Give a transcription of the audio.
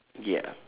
ya